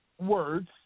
words